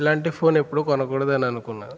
ఇలాంటి ఫోన్ ఎప్పుడు కొనకూడదు అని అనుకున్నాను